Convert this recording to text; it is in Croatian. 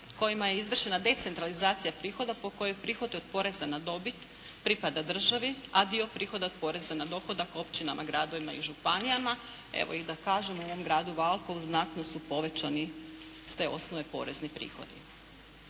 kojima je izvršena decentralizacija prihoda po kojoj prihod od poreza na dobit pripada državi a dio prihoda od poreza na dohodak općinama, gradovima i županijama. Evo i da kažem u mom gradu Valpovu znatno su povećani, s te osnove porezni prihodi.